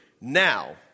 now